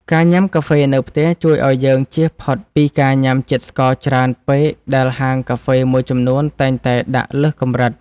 ការញ៉ាំកាហ្វេនៅផ្ទះជួយឱ្យយើងជៀសផុតពីការញ៉ាំជាតិស្ករច្រើនពេកដែលហាងកាហ្វេមួយចំនួនតែងតែដាក់លើសកម្រិត។